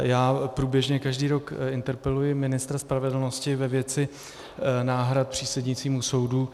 Já průběžně každý rok interpeluji ministra spravedlnosti ve věci náhrad přísedícím u soudů.